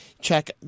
check